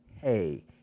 hey